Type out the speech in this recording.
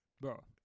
Bro